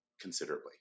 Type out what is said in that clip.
considerably